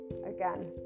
again